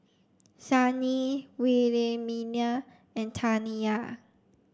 Shani Wilhelmina and Taniyah